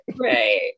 Right